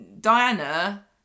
Diana